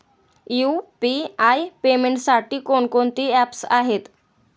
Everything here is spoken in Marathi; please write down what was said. यु.पी.आय पेमेंटसाठी कोणकोणती ऍप्स आहेत?